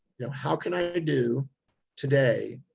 you know, how can i do today,